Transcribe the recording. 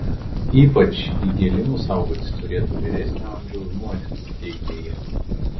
ypač įgėlimų saugotis turėtų vyresnio amžiaus žmonės teigia ji